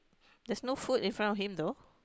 there's no food in front of him though